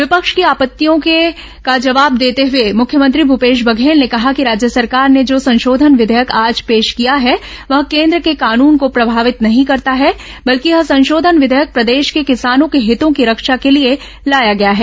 विपक्ष की आपत्तियों का जवाब देते हुए मुख्यमंत्री भूपेश बघेल ने कहा कि राज्य सरकार ने जो संशोधन विधेयक आज पेश किया है वह केन्द्र के कानून को प्रभावित नहीं करता है बल्कि यह संशोधन विधेयक प्रदेश के किसानों के हितों की रक्षा के लिए लाया गया है